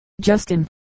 Justin